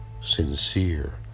sincere